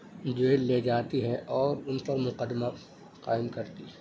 jail لے جاتی ہے اور ان پر مقدمہ قائم کرتی ہے